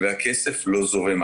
והכסף לא זורם.